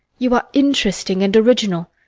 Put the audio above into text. you are interesting and original.